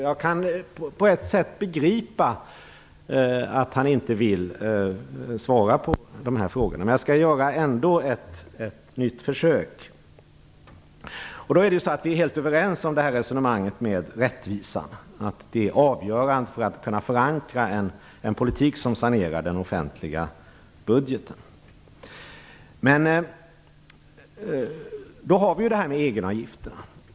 Jag kan på ett sätt begripa att han inte vill svara på de här frågorna, men jag skall ändå göra ett nytt försök. Vi är helt överens om resonemanget om att rättvisan är avgörande för att vi skall kunna förankra en politik som sanerar den offentliga budgeten. Men då har vi frågan om egenavgifterna.